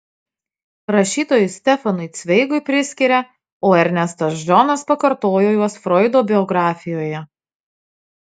rašytojui stefanui cveigui priskiria o ernestas džonas pakartojo juos froido biografijoje